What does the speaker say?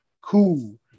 cool